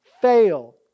fail